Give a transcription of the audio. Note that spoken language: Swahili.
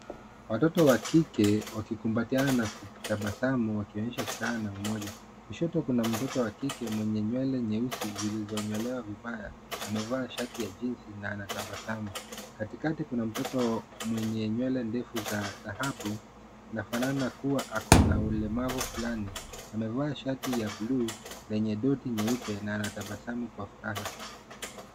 Watoto wa kike wakikumbatiana na kutabasamu, wakionyesha furaha na umoja. Kushoto, kuna mtoto wa kike mwenye nywele nyeusi zilizonyolewa vibaya. Amevaa shati ya jeans na anatabasamu. Katikati, kuna mtoto wa mwenye nywele ndefu za dhahabu. Anafanana kuwa ako na ulemavu fulani. Amevaa shati ya blue lenye doti nyeupe na anatabasamu kwa furaha.